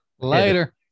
Later